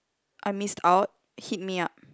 I missed out hit me up